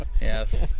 Yes